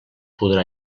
podrà